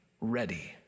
ready